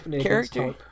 character